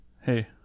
Hey